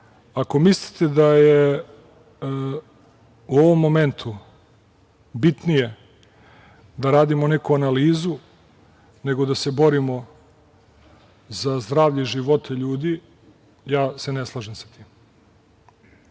mislite da je u ovom momentu bitnije da radimo neku analizu, nego da se borimo za zdravlje i živote ljudi, ja se ne slažem sa tim.